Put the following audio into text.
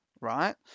right